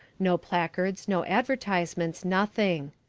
no placards, no advertisements, nothing.